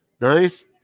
Nice